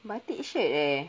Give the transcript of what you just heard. batik shirt eh